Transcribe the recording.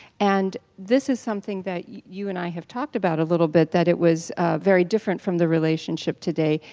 and this is something that you and i have talked about a little bit, that it was very different from the relationship today,